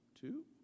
two